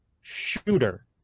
shooter